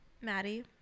Maddie